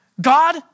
God